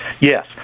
yes